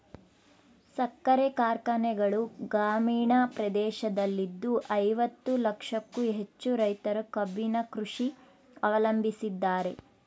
ಸಕ್ಕರೆ ಕಾರ್ಖಾನೆಗಳು ಗ್ರಾಮೀಣ ಪ್ರದೇಶದಲ್ಲಿದ್ದು ಐವತ್ತು ಲಕ್ಷಕ್ಕೂ ಹೆಚ್ಚು ರೈತರು ಕಬ್ಬಿನ ಕೃಷಿ ಅವಲಂಬಿಸಿದ್ದಾರೆ